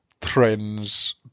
trends